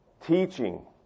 Teaching